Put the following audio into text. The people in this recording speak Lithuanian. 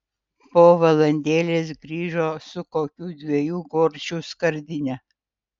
po valandėlės grįžo su kokių dviejų gorčių skardine